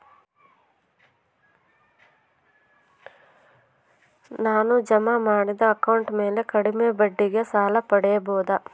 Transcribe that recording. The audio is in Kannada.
ನಾನು ಜಮಾ ಮಾಡಿದ ಅಕೌಂಟ್ ಮ್ಯಾಲೆ ಕಡಿಮೆ ಬಡ್ಡಿಗೆ ಸಾಲ ಪಡೇಬೋದಾ?